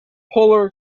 polar